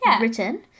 Written